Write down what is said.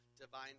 divine